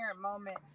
moment